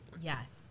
Yes